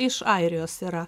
iš airijos yra